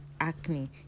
acne